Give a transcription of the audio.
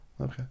okay